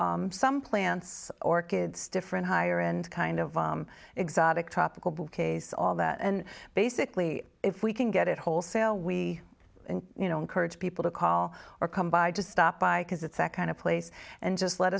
do some plants orchids different higher end kind of exotic tropical bookcase all that and basically if we can get it wholesale we you know encourage people to call or come by to stop by because it's that kind of place and just let